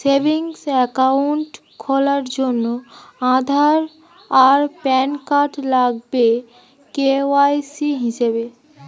savings account খোলার জন্যে আধার আর প্যান কার্ড লাগবে কে.ওয়াই.সি হিসেবে